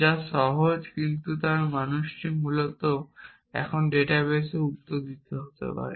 যা সহজ কিছু যার মানুষটি মূলত এখন ডেটাবেস দ্বারা উত্তর হতে পারে